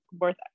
worth